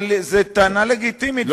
אבל הטענה הזאת לגיטימית,